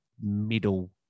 middle